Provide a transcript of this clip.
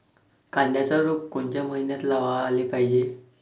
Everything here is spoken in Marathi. कांद्याचं रोप कोनच्या मइन्यात लावाले पायजे?